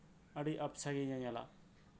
ᱟᱹᱰᱤ ᱟᱯᱪᱷᱟ ᱜᱮᱭ ᱧᱮᱧᱮᱞᱟ